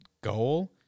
goal